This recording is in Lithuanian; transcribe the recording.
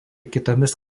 kitomis